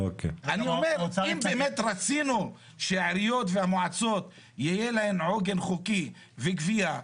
אם באמת רצינו שלעיריות ולמועצות יהיה עוגן חוקי וגבייה,